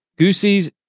gooseys